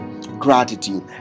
gratitude